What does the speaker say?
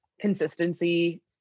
consistency